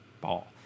ball